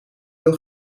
veel